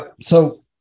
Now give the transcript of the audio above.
so-